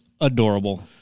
adorable